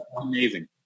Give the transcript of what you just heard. amazing